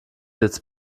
jetzt